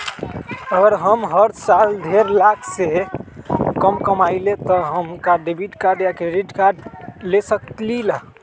अगर हम हर साल डेढ़ लाख से कम कमावईले त का हम डेबिट कार्ड या क्रेडिट कार्ड ले सकली ह?